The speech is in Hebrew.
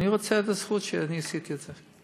אני רוצה את הזכות שאני עשיתי את זה,